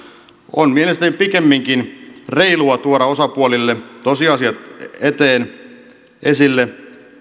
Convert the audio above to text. on mielestäni pikemminkin reilua tuoda osapuolille tosiasiat esille